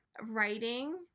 writing